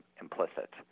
implicit